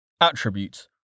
Attributes